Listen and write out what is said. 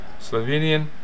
Slovenian